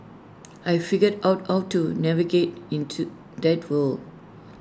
I figured out how to navigate in to that world